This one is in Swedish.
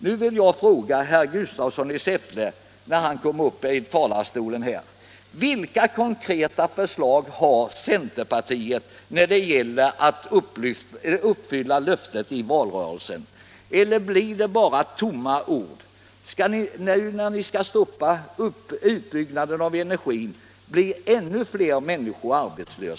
Nu vill jag fråga herr Gustafsson i Säffle: Vilka konkreta förslag har centerpartiet när det gäller att uppfylla löftet i valrörelsen? Blir det bara tomma ord? Skall det, nu när ni skall stoppa utbyggnaden på energiområdet, bli ännu fler arbetslösa människor?